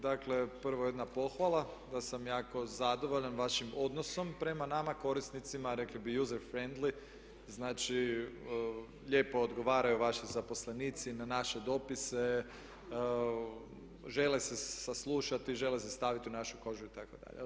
Dakle, prvo jedna pohvala da sam jako zadovoljan vašim odnosom prema nama korisnicima, rekli bi user frendly, znači lijepo odgovaraju vaši zaposlenici na naše dopise, žele saslušati, žele se staviti u našu kožu itd.